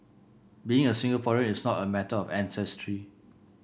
being a Singaporean is not a matter of ancestry